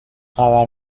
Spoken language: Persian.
خبر